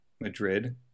Madrid